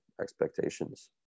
expectations